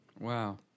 Wow